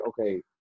okay